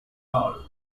all